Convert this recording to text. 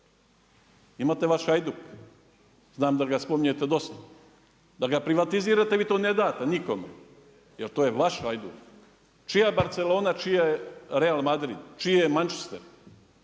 Imate vaš Hajduk, znam da ga spominjete dosta, da ga privatizirate vi to ne date nikome, jer to je vaš Hajduk. Čija je Barcelona, čiji je Real Madrid, čiji je Manchester?